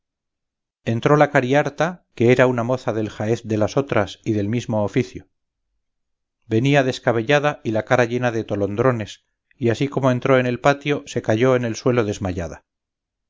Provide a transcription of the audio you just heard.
entró la cariharta que era una moza del jaez de las otras y del mismo oficio venía descabellada y la cara llena de tolondrones y así como entró en el patio se cayó en el suelo desmayada